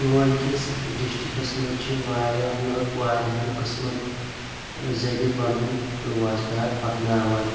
پُلوامہِ کِس ڈِسٹرکَس منٛز چھ وارِیاہ لُکھ وارِیاہَن قٕسمَن ذٔریعہٕ پَنُن روزگار پَکناوان